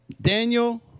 Daniel